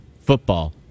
football